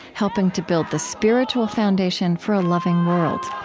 helping to build the spiritual foundation for a loving world.